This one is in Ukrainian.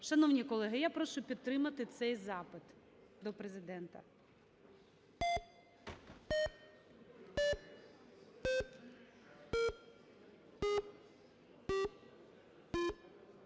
Шановні колеги, я прошу підтримати цей запит до Президента.